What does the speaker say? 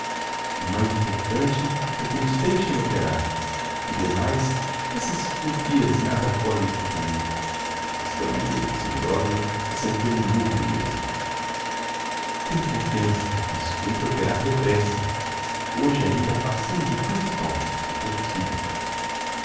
o mais importante é que nos deixem operar e demais essas fufias nada podem contra mim exclama maria alexandrovna assentando um murro na mêsa tem confiança mas cumpre operar depressa hoje ainda façamos o principal se for possivel